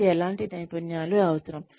వారికి ఎలాంటి నైపుణ్యాలు అవసరం